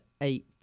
eight